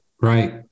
right